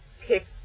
Pick